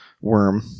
worm